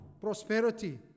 prosperity